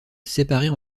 séparées